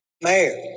Mayor